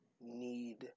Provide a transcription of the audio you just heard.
need